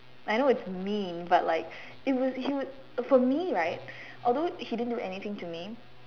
I know it's mean but like it was he would for me right although he didn't do anything to me